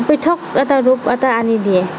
পৃথক এটা ৰূপ এটা আনি দিয়ে